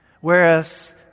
Whereas